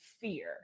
fear